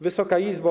Wysoka Izbo!